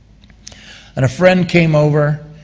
and a friend came over,